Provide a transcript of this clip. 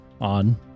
on